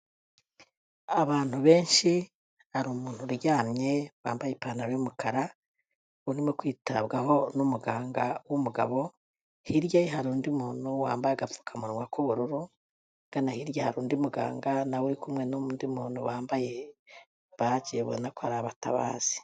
Abantu benshi, hari umuntu uryamye wambaye ipantaro y'umukara urimo kwitabwaho n'umuganga w'umugabo, hirya ye hari undi muntu wambaye agapfukamunwa k'ubururu. Hagana hirya hari undi muganga na we uri kumwe n'undi muntu wambaye baji ubona ko ari abatabazi.